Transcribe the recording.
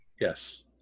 yes